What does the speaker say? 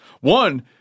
one